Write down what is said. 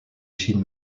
chine